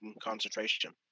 concentration